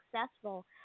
successful